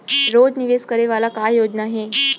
रोज निवेश करे वाला का योजना हे?